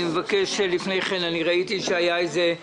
ראיתי שהייתה